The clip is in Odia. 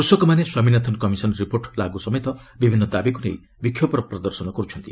କୃଷକମାନେ ସ୍ୱାମୀନାଥନ୍ କମିଶନ୍ ରିପୋର୍ଟ ଲାଗୁ ସମେତ ବିଭିନ୍ନ ଦାବିକୁ ନେଇ ବିକ୍ଷୋଭ ପ୍ରଦର୍ଶନ କରୁଛନ୍ତି